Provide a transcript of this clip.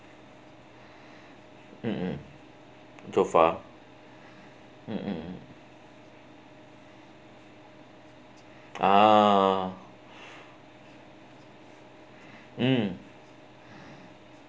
mmhmm so far mmhmm uh mm